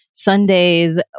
Sundays